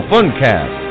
Funcast